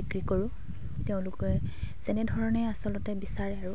বিক্ৰী কৰোঁ তেওঁলোকে যেনেধৰণে আচলতে বিচাৰে আৰু